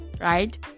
right